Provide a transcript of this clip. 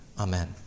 amen